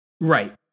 Right